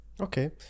Okay